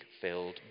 filled